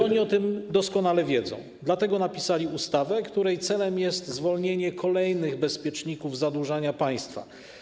Oni o tym doskonale wiedzą, dlatego napisali ustawę, której celem jest zwolnienie kolejnych bezpieczników zadłużania państwa.